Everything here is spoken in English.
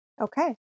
Okay